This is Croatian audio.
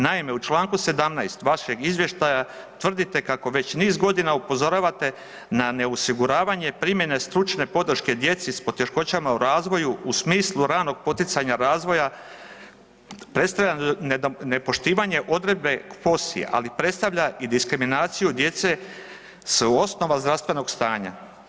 Naime, u Članku 17. vašeg izvještaja tvrdite kako već niz godina upozoravate na neosiguravanje primjene stručne podrške djeci s poteškoćama u razvoju u smislu ranog poticanja razvoja, predstavlja nepoštivanje odredi POSI, ali predstavlja i diskriminaciju djece s osnova zdravstvenog stanja.